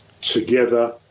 together